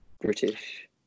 British